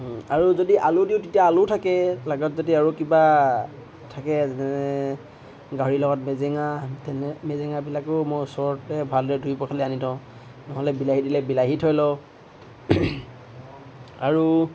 আৰু যদি আলু দিওঁ তেতিয়া আলু থাকে লগত যদি আৰু কিবা থাকে যেনে গাহৰিৰ লগত মেজেঙা তেনে মেজেঙাবিলাকো মই ওচৰতে ভালদৰে ধুই পখালি আনি থওঁ নহ'লে বিলাহী দিলে বিলাহী থৈ লওঁ আৰু